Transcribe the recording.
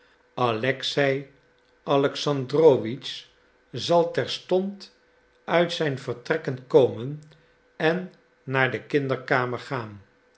alexei alexandrowitsch zal terstond uit zijn vertrekken komen en naar de kinderkamer gaan